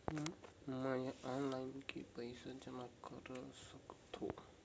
मैं ह ऑनलाइन भी पइसा जमा कर सकथौं?